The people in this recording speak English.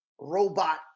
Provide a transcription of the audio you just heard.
robot